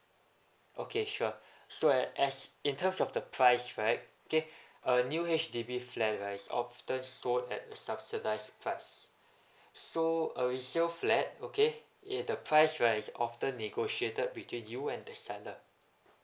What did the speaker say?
okay sure so at as in terms of the price right okay a new H_D_B flat right often sold at a subsidise price so a resale flat okay eh the price right is often negotiated between you and the seller